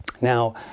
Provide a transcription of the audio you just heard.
Now